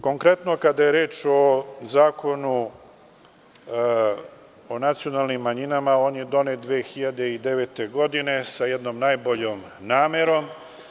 Konkretno, kada je reč o Zakonu o nacionalnim manjinama, on je donet 2009. godine, sa jednom najboljom namerom.